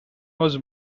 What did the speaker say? was